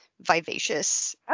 vivacious